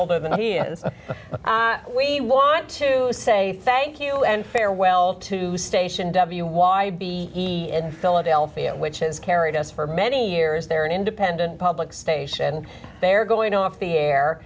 older than he is we want to say thank you and farewell to station w y b and philadelphia which has carried us for many years there an independent public station there going off the air